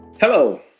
Hello